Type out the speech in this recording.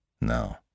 No